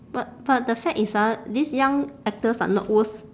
but but the fact is ah these young actors are not worth